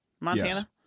Montana